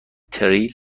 تریل